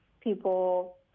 people